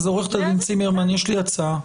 אז עו"ד צימרמן, יש לי הצעה.